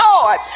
Lord